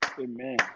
Amen